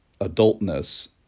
adultness